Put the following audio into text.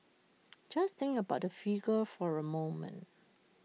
just think about that figure for A moment